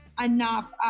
enough